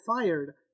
fired